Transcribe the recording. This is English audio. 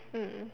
mm